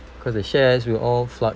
cause the shares will all